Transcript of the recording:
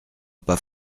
pas